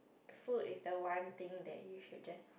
food is the one things that you should just